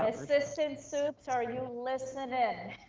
assistant sups, are you and listening?